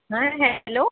नाही नाही हॅलो